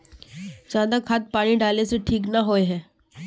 ज्यादा खाद पानी डाला से ठीक ना होए है?